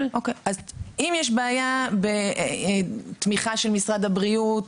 אם יש בעיה בתמיכה של משרד הבריאות,